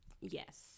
Yes